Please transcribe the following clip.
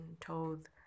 told